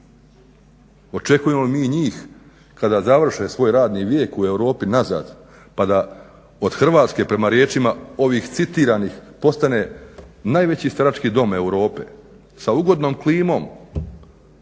Očekujemo mi njih kada završe svoj radni vijek u Europi nazad pa da od Hrvatske prema riječima ovih citiranih postane najveći starački dom Europe sa ugodnom klimom